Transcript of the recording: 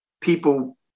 people